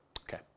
Okay